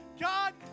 God